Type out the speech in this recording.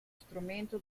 strumento